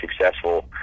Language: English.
successful